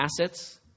assets